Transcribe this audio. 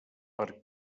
per